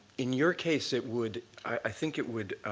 in your case it would i think it would